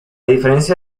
diferencia